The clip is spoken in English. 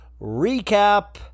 recap